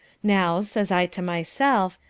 now, says i to myself,